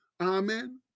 amen